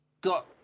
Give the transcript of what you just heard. got